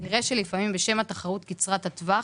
נראה שלפעמים, בשם התחרות על העמלות קצרת הטווח,